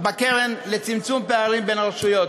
בקרן לצמצום פערים בין הרשויות.